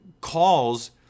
calls